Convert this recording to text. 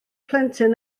plentyn